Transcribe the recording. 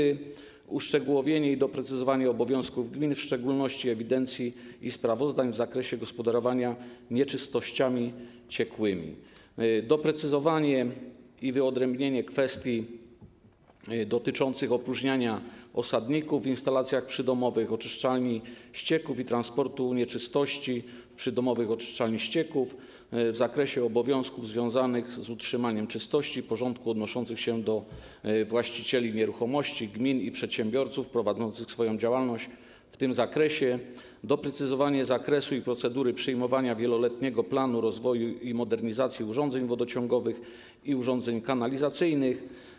Projekt wprowadza również uszczegółowienie i doprecyzowanie obowiązków gmin, w szczególności ewidencji i sprawozdań w zakresie gospodarowania nieczystościami ciekłymi, doprecyzowanie i wyodrębnienie kwestii dotyczących opróżniania osadników w instalacjach przydomowych oczyszczalni ścieków i transportu nieczystości z przydomowych oczyszczalni ścieków, w zakresie obowiązków związanych z utrzymaniem czystości i porządku odnoszących się do właścicieli nieruchomości, gmin i przedsiębiorców prowadzących swoją działalność w tym zakresie, doprecyzowanie zakresu i procedury przyjmowania wieloletniego planu rozwoju i modernizacji urządzeń wodociągowych i urządzeń kanalizacyjnych.